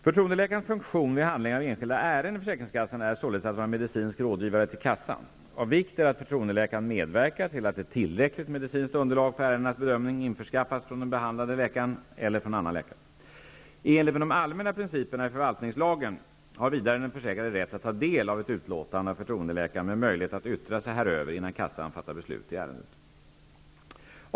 Förtroendeläkarens funktion vid handläggningen av enskilda ärenden i försäkringskassorna är således att vara medicinsk rådgivare till kassan. Av vikt är att förtroendeläkaren medverkar till att ett tillräckligt medicinskt underlag för ärendenas bedömning införskaffas från den behandlande läkaren eller från annan läkare. I enlighet med de allmänna principerna i förvaltningslagen har vidare den försäkrade rätt att ta del av ett utlåtande av förtroendeläkaren med möjlighet att yttra sig häröver innan kassan fattar beslut i ärendet.